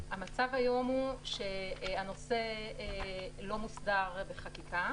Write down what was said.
המצב היום הוא שהנושא לא מוסדר בחקיקה.